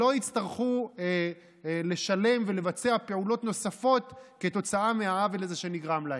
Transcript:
והם לא יצטרכו לשלם ולבצע פעולות נוספות כתוצאה מהעוול הזה שנגרם להם.